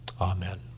Amen